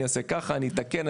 אני אתקן,